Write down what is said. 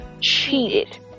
cheated